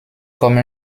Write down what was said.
comme